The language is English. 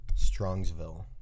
Strongsville